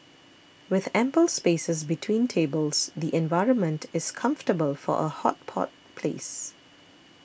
with ample spaces between tables the environment is comfortable for a hot pot place